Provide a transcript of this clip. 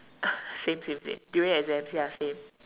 same same same during exams ya same